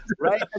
right